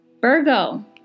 Virgo